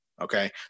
okay